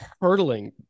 hurtling